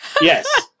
yes